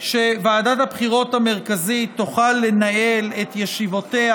שוועדת הבחירות המרכזית תוכל לנהל את ישיבותיה